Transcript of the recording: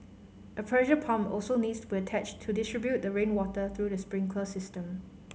a pressure pump also needs to be attached to distribute the rainwater through the sprinkler system